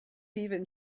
even